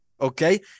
Okay